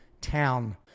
town